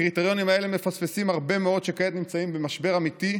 הקריטריונים האלה מפספסים הרבה מאוד שכעת נמצאים במשבר אמיתי,